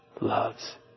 loves